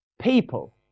People